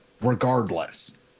regardless